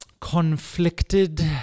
conflicted